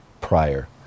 prior